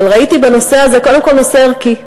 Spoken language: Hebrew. אבל ראיתי בנושא הזה קודם כול נושא ערכי.